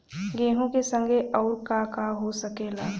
गेहूँ के संगे अउर का का हो सकेला?